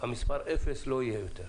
המספר אפס לא יהיה יותר.